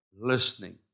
Listening